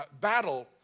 battle